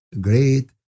great